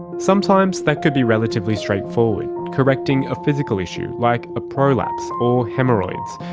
sometimes that could be relatively straightforward, correcting a physical issue like a prolapse or haemorrhoids.